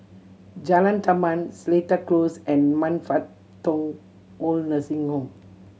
Jalan Taman Seletar Close and Man Fut Tong Old Nursing Home